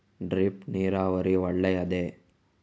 Drip ನೀರಾವರಿ ಒಳ್ಳೆಯದೇ?